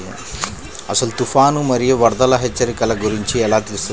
అసలు తుఫాను మరియు వరదల హెచ్చరికల గురించి ఎలా తెలుస్తుంది?